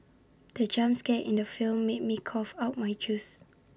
the jump scare in the film made me cough out my juice